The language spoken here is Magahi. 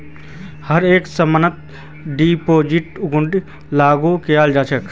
हर एक समानत डिस्काउंटिंगक लागू कियाल जा छ